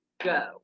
go